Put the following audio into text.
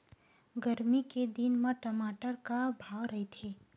गरमी के दिन म टमाटर का भाव रहिथे?